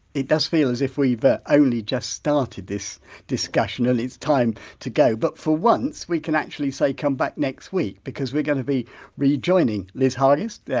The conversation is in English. it does feel as if we've only just started this discussion and it's time to go but for once we can actually say come back next week because we're going to be re-joining liz hargest,